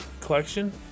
Collection